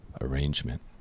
arrangement